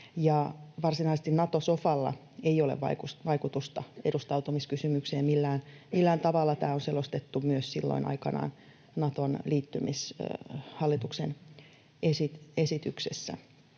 varsinaisesti Nato-sofalla ei ole vaikutusta edustautumiskysymykseen millään tavalla. Tämä on selostettu myös silloin aikanaan hallituksen esityksessä